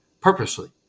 purposely